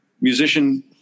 musician